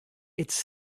it’s